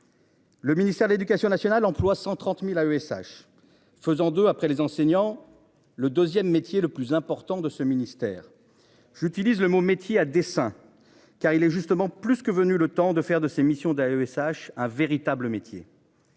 Le ministère de l'Éducation nationale emploie 130.000 AESH faisant de après les enseignants, le 2ème métier le plus important de ce ministère, j'utilise le mot métier à dessein. Car il est justement plus que venu le temps de faire de ces missions d'AESH un véritable métier.--